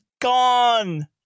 gone